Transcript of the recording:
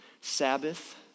Sabbath